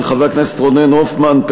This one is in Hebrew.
של חבר הכנסת רונן הופמן,